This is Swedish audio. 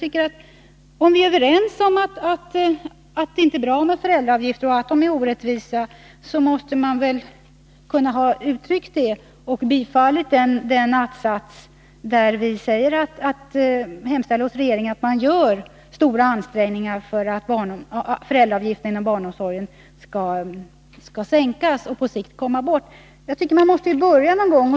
Men om vi är överens om att det inte är bra med föräldraavgifter och att de är orättvisa kunde man väl ha uttryckt det och tillstyrkt den att-sats där vi vill hemställa hos regeringen att den gör stora ansträngningar för att föräldraavgifterna inom barnomsorgen skall sänkas och på sikt tas bort. Man måste börja någon gång.